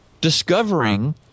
discovering